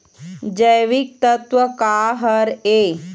जैविकतत्व का हर ए?